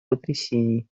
потрясений